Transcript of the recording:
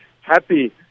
happy